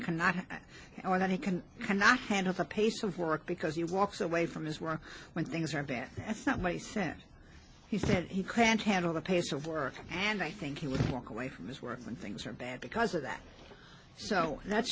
cannot or that he can cannot handle the pace of work because he walks away from his work when things are bad and somebody said he said he can't handle the pace of work and i think he would walk away from his work when things are bad because of that so that's